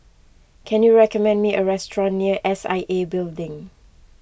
can you recommend me a restaurant near S I A Building